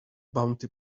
bounty